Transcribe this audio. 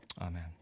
Amen